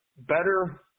better